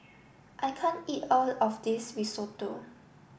I can't eat all of this Risotto